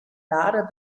lader